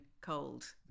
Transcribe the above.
cold